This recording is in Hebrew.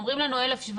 אומרים לנו 1,700,